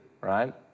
right